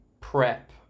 prep